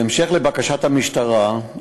בהמשך לבקשת המשטרה,